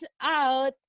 out